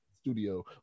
studio